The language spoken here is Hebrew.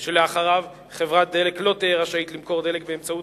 שלאחריו חברת דלק לא תהא רשאית למכור דלק באמצעות